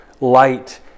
light